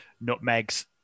nutmegs